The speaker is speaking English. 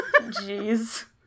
Jeez